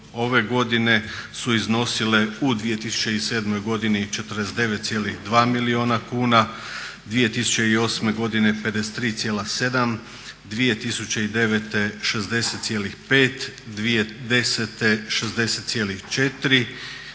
ove godine su iznosile u 2007. godini 49,2 milijuna kuna, 2008. godine 53,7, 2009. 60,5, 2010. 60,4,